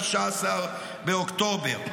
ב-19 באוקטובר.